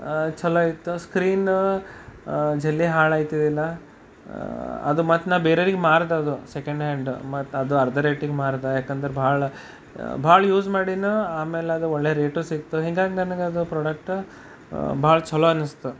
ಚಲೋ ಇತ್ತು ಸ್ಕ್ರೀನ ಜಲ್ದಿ ಹಾಳಾಗ್ತಿದ್ದಿಲ್ಲ ಅದು ಮತ್ತು ನಾ ಬೇರೆಯೋರಿಗೆ ಮಾರ್ದದು ಸೆಕೆಂಡ್ ಹ್ಯಾಂಡ ಮತ್ತು ಅದು ಅರ್ಧ ರೇಟಿಗೆ ಮಾರದೇ ಏಕೆಂದರೆ ಭಾಳ ಭಾಳ ಯೂಸ್ ಮಾಡೀನು ಆಮೇಲದು ಒಳ್ಳೆಯ ರೇಟು ಸಿಗ್ತು ಹಿಂಗಾಗಿ ನನಗದು ಪ್ರಾಡಕ್ಟು ಭಾಳ ಚಲೋ ಅನ್ನಿಸ್ತು